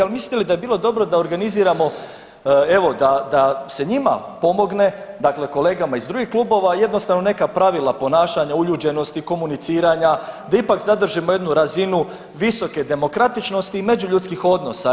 Ali mislite li da bi bilo dobro da organiziramo evo da se njima pomogne, dakle kolegama iz drugih klubova, jednostavno neka pravila ponašanja, uljuđenosti, komuniciranja, da ipak zadržimo jednu razinu visoke demokratičnosti i međuljudskih odnosa.